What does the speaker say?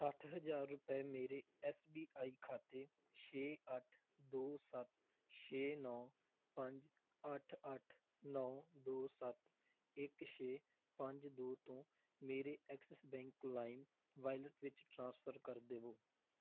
ਸੱਠ ਹਜ਼ਾਰ ਰੁਪਏ ਮੇਰੇ ਐੱਸ ਬੀ ਆਈ ਖਾਤੇ ਛੇ ਅੱਠ ਦੋ ਸੱਤ ਛੇ ਨੌਂ ਪੰਜ ਅੱਠ ਅੱਠ ਨੌਂ ਦੋ ਸੱਤ ਇੱਕ ਛੇ ਪੰਜ ਦੋ ਤੋਂ ਮੇਰੇ ਐਕਸਿਸ ਬੈਂਕ ਲਾਇਮ ਵਾਇਲਟ ਵਿੱਚ ਟ੍ਰਾਂਸਫਰ ਕਰ ਦੇਵੋ